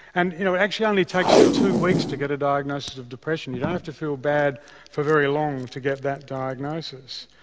and it you know actually only takes you two weeks to get a diagnosis of depression, you don't have to feel bad for very long to get that diagnosis.